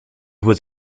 was